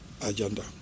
agenda